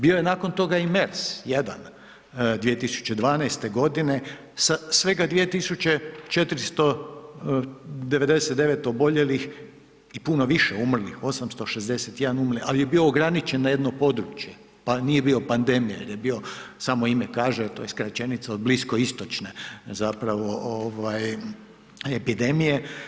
Bio je nakon toga i MERS-1, 2012. g. sa svega 2 499 oboljelih i puno više umrlih, 861 umrli, ali je bio ograničen na jedno područje pa nije bio pandemija, jer je bio, samo ime kaže, to je skraćenica od bliskoistočne zapravo epidemije.